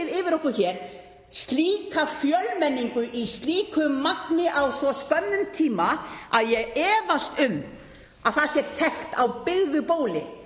fengið yfir okkur slíka fjölmenningu í slíku magni á svo skömmum tíma að ég efast um að það sé þekkt á byggðu bóli